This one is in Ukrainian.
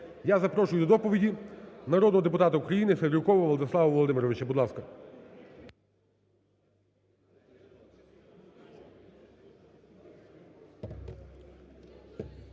Я запрошую до доповіді народного депутата України Севрюкова Владислава Володимировича. Будь ласка.